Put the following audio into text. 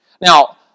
Now